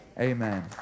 Amen